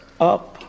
up